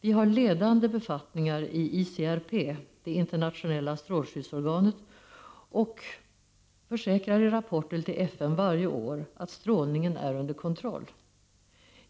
Vi har ledande befattningar i ICRP, det internationella strålskyddsorganet, och försäkrar i rapporter till FN varje år att strålningen är under kontroll.